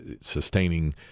sustaining